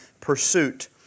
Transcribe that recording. pursuit